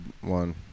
one